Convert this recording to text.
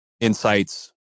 insights